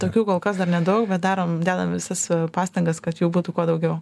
tokių kol kas dar nedaug bet darom dedam visas pastangas kad jų būtų kuo daugiau